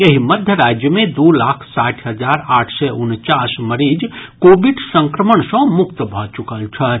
एहि मध्य राज्य मे दू लाख साठि हजार आठ सय उनचास मरीज कोविड संक्रमण सॅ मुक्त भऽ चुकल छथि